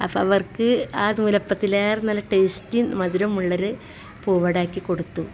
അഫവർക്ക് ആ നൂലപ്പത്തിലാർന്നും നല്ല ടേസ്റ്റും മധുരവുമുള്ളൊരു പൂവടയാക്കി കൊടുത്തു